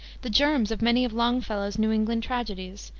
the germs of many of longfellow's new england tragedies,